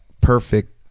perfect